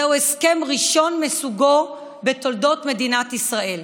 זהו הסכם ראשון מסוגו בתולדות מדינת ישראל.